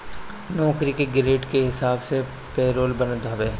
नौकरी के ग्रेड के हिसाब से पेरोल बनत हवे